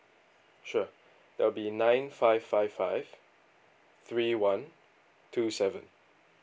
sure that will be nine five five five three one two seven